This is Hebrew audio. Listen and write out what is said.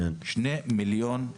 שני מיליון שכירים.